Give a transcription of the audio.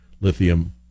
lithium